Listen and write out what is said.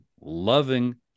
loving